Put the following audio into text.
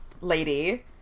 lady